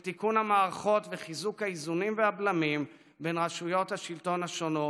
של תיקון המערכות וחיזוק האיזונים והבלמים בין רשויות השלטון השונות.